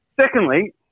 Secondly